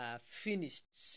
Finished